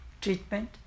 treatment